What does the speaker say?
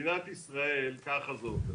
במדינת ישראל כך זה עובד.